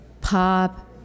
pop